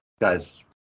Guys